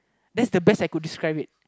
that's the best I could describe it